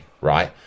right